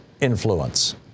influence